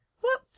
What